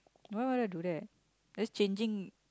why would I do that that's changing